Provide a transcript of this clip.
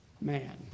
man